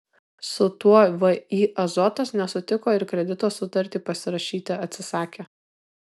su tuo vį azotas nesutiko ir kredito sutartį pasirašyti atsisakė